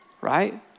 right